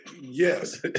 Yes